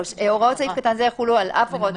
הוראות סעיף קטן זה יחולו על אף הוראות